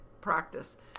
practice